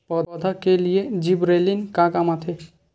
पौधा के लिए जिबरेलीन का काम आथे?